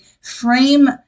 frame